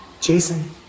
Jason